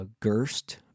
Gerst